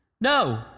No